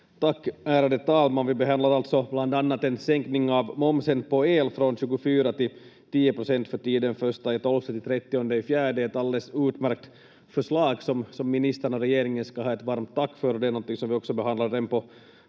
Tack, ärade talman! Vi behandlar alltså bland annat en sänkning av momsen på el från 24 till 10 procent för tiden 1.12 till 30.4 — ett alldeles utmärkt förslag som ministern och regeringen ska ha ett varmt tack för, och det är någonting som vi också behandlade redan på